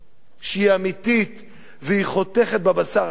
שהיא אמיתית והיא חותכת בבשר החי,